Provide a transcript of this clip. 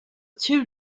two